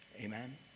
Amen